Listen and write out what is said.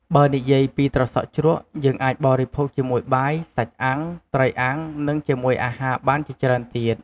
បេីនិយាយពីត្រសក់ជ្រក់យេីងអាចបរិភោគជាមួយបាយ សាច់អាំង ត្រីអាំងនិងជាមួយអាហារបានជាច្រេីនទៀត។